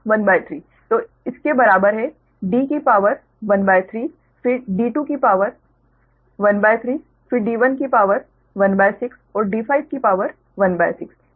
तो इसके बराबर है D की शक्ति 1 तिहाई फिर d2 की शक्ति 1 तिहाई फिर d1 की शक्ति 16 और d5 की शक्ति 16 ठीक है